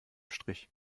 strich